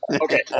Okay